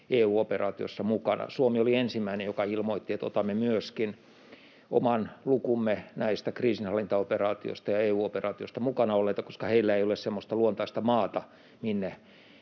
EU-operaatioissa mukana. Suomi oli ensimmäinen, joka ilmoitti, että otamme myöskin oman lukumme näissä kriisinhallintaoperaatioissa ja EU-operaatiossa mukana olleita, koska heillä ei ole semmoista luontaista maata, minne